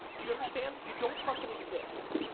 do you understand? you don't fucking exist.